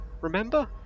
remember